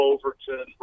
Overton